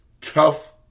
Tough